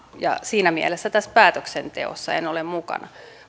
siinä mielessä tässä päätöksenteossa en ole mukana